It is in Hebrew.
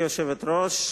הודעה ליושב-ראש ועדת הכנסת.